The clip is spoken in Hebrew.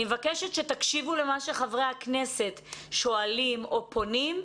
אני מבקשת שתקשיבו למה שחברי הכנסת שואלים או פונים.